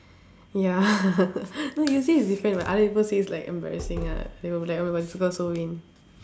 ya no you say it's different but other people say it's like embarrassing ah they would be like oh my god this girl so vain